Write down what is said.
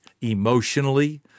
emotionally